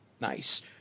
Nice